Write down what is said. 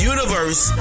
Universe